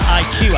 iq